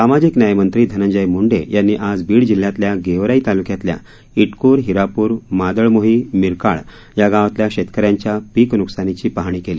सामाजिक न्यायमंत्री धनंजय मुंडे यांनी आज बीड जिल्ह्यातल्या गेवराई तालुक्यातल्या इटकूर हिरापुर मादळमोही मिरकाळ या गावातल्या शेतकऱ्यांच्या पिक नुकसानीची पाहणी केली